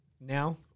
now